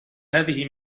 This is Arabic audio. هذه